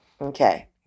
Okay